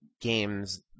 games